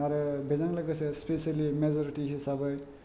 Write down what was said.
आरो बेजों लोगोसे स्पेसेलि मेजरिटि हिसाबै